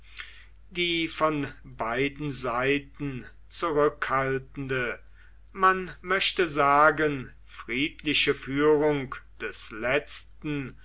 die von beiden seiten zurückhaltende man möchte sagen friedliche führung des letzten